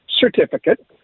certificate